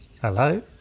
hello